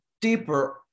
deeper